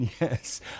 Yes